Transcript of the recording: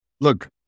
look